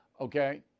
okay